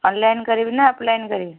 online କରିବି ନା offline କରିବି